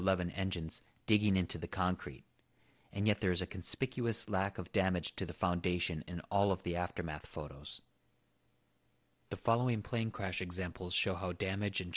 eleven engines digging into the concrete and yet there is a conspicuous lack of damage to the foundation in all of the aftermath photos the following plane crash examples show how damag